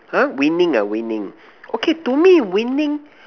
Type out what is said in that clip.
!huh! winning ah winning okay to me winning